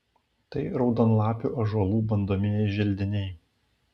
tai raudonlapių ąžuolų bandomieji želdiniai